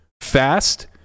fast